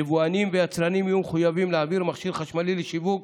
יבואנים ויצרנים יהיו מחויבים להעביר מכשיר חשמלי לשיווק